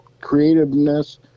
creativeness